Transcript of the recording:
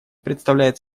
представляет